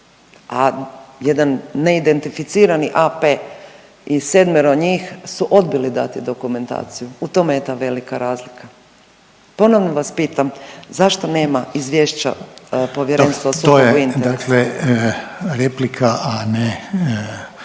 a jedan neidentificirani AP i sedmero njih su odbili dati dokumentaciju. U tome je ta velika razlika. Ponovno vas pitam zašto nema izvješća Povjerenstva o sukobu interesa? **Reiner, Željko (HDZ)**